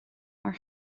mar